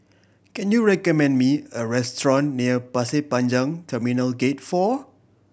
can you recommend me a restaurant near Pasir Panjang Terminal Gate Four